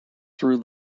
threw